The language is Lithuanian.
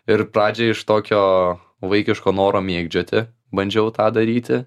ir pradžiai iš tokio vaikiško noro mėgdžioti bandžiau tą daryti